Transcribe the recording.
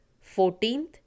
fourteenth